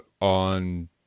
on